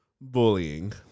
bullying